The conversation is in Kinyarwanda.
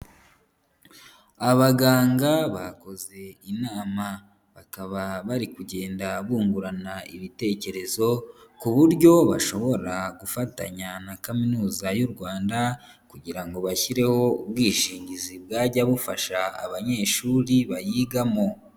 Abaganga bakoze inama, bakaba bari kugenda bungurana ibitekerezo, ku buryo bashobora gufatanya na kaminuza y'u Rwanda kugira ngo bashyireho ubwishingizi bwajya bufasha abanyeshuri bayigamo.